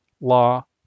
law